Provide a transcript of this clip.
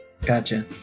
Gotcha